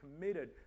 committed